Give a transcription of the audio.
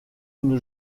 une